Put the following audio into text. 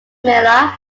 miller